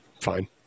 fine